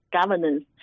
governance